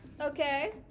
Okay